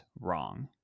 wrong